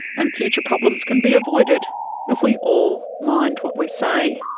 and future problems can be avoided if we all mind what we say.